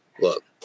look